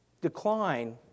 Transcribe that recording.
decline